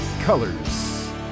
Colors